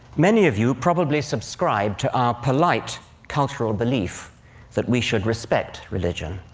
many of you probably subscribe to our polite cultural belief that we should respect religion.